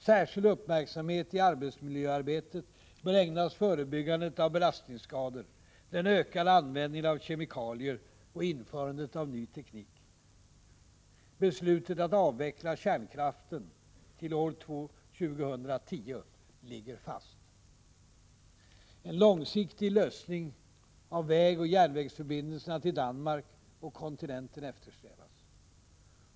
Särskild uppmärksamhet i arbetsmiljöarbetet bör ägnas förebyggandet av belastningsskador, den ökande användningen av kemikalier och införandet av ny teknik. Beslutet att avveckla kärnkraften till år 2010 ligger fast. En långsiktig lösning av vägoch järnvägsförbindelserna till Danmark och kontinenten eftersträvas.